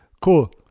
cool